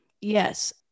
yes